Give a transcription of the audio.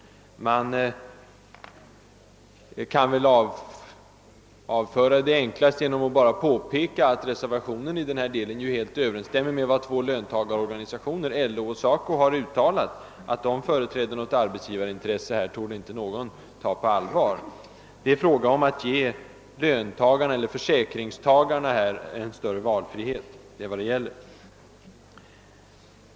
Detta argument kan väl enklast avföras genom ett påpekande av att reservationen I i denna del helt överensstämmer med vad två löntagarorganisatiomer, LO och SACO, uttalat. Att de skulle företräda något arbetsgivarintresse i detta sammanhang torde inte någon ta på allvar. Vad det gäller är att ge löntagarna eller försäkringstagarna en större valfrihet.